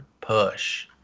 Push